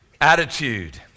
attitude